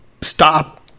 stop